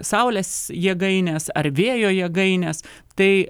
saulės jėgainės ar vėjo jėgainės tai